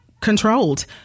controlled